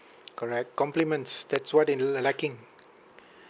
correct compliments that's what they l~ lacking